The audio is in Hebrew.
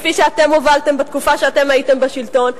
כפי שאתם הובלתם בתקופה שאתם הייתם בשלטון.